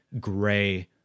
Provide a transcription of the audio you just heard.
gray